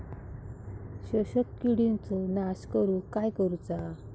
शोषक किडींचो नाश करूक काय करुचा?